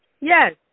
Yes